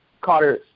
Carter